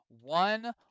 one